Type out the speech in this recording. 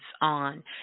on